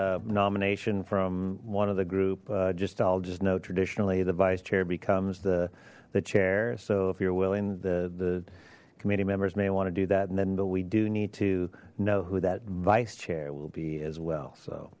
a nomination from one of the group just i'll just note traditionally the vice chair becomes the the chair so if you're willing the the committee members may want to do that and then but we do need to know who that vice chair will be as well so